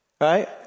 right